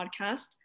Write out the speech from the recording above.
podcast